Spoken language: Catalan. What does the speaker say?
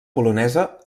polonesa